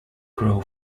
grow